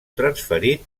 transferit